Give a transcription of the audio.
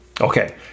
okay